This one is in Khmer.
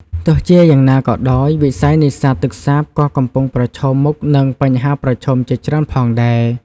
ទោះជាយ៉ាងណាក៏ដោយ វិស័យនេសាទទឹកសាបក៏កំពុងប្រឈមមុខនឹងបញ្ហាប្រឈមជាច្រើនផងដែរ។